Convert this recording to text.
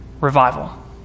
revival